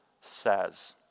says